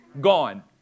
Gone